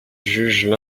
jugent